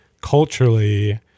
Culturally